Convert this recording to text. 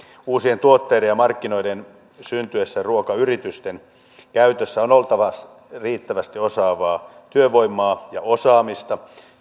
uusien tuotteiden ja markkinoiden syntyessä ja ruokayritysten käytössä on oltava riittävästi osaavaa työvoimaa ja osaamista